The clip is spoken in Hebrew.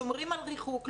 שומרים על ריחוק,